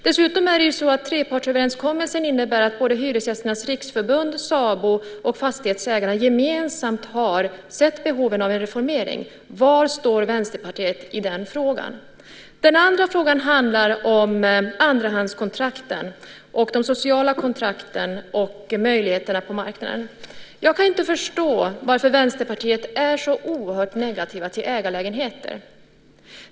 Dessutom innebär trepartsöverenskommelsen att både Hyresgästernas Riksförbund, SABO och fastighetsägarna gemensamt ser behovet av en reformering. Var står Västerpartiet i den frågan? Den andra frågan handlar om andrahandskontrakten, de sociala kontrakten och möjligheterna på marknaden. Jag kan inte förstå varför Vänsterpartiet är så oerhört negativa till ägarlägenheter.